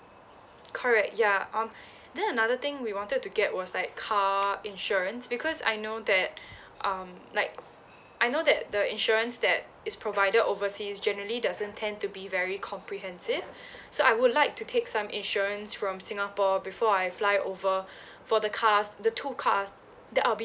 correct ya um then another thing we wanted to get was like car insurance because I know that um like I know that the insurance that is provided oversea is generally doesn't tend to be very comprehensive so I would like to take some insurance from singapore before I fly over for the cars the two cars that I'll be